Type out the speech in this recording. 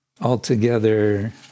altogether